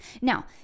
Now